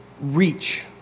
reach